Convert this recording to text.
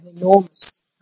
enormous